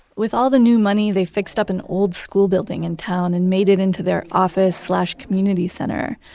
with all the new money, they fixed up an old school building in town and made it into their office-slash-community center.